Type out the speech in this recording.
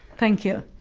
thank you.